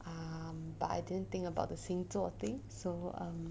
um but I didn't think about the 星座 thing so um